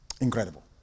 Incredible